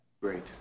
Great